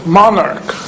monarch